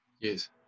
Yes